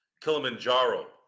Kilimanjaro